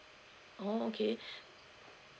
oh okay